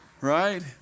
Right